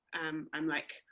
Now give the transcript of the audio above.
um i'm like,